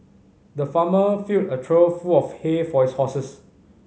the farmer filled a trough full of hay for his horses